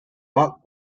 mark